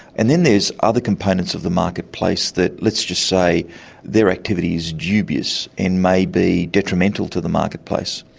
and then there's other components of the marketplace that let's just say their activity's dubious and may be detrimental to the marketplace.